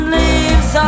leaves